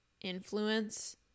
influence